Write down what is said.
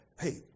Hey